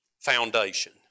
foundation